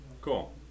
Cool